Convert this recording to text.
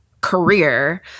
career